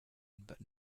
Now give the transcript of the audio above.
but